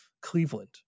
Cleveland